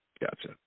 Gotcha